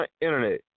Internet